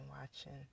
watching